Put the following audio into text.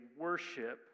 worship